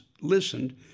listened